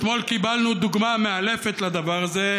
אתמול קיבלנו דוגמה מאלפת לדבר הזה,